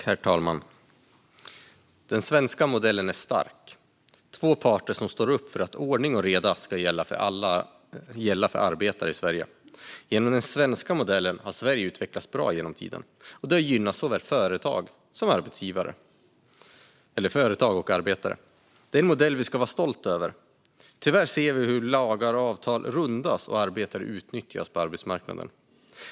Herr talman! Den svenska modellen är stark, med två parter som står upp för att ordning och reda ska gälla för arbetare i Sverige. Genom den svenska modellen har Sverige utvecklats bra genom tiden, och det har gynnat såväl företag som arbetare. Det är en modell vi ska vara stolta över. Tyvärr ser vi hur lagar och avtal rundas och arbetare utnyttjas på arbetsmarknaden.